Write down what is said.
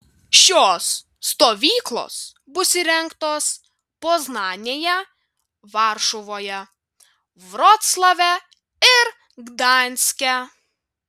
šios stovyklos bus įrengtos poznanėje varšuvoje vroclave ir gdanske